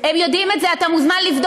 הם יודעים את זה, אתה מוזמן לבדוק.